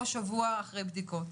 או שבוע אחרי בדיקות.